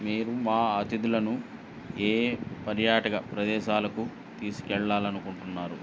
మీరు మా అతిధులను ఏ ఏ పర్యాటక ప్రదేశాలకు తీసుకెళ్ళాలనుకుంటున్నారు